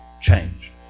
Changed